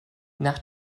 nach